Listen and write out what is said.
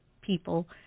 people